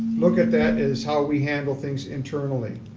look at that is how we handle things internally.